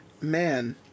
Man